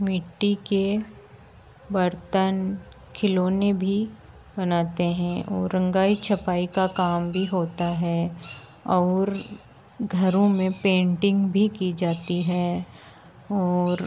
मिट्टी के बर्तन खिलौने भी बनाते हैं और रंगाई छपाई का काम भी होता है और घरों में पेन्टिन्ग भी की जाती है और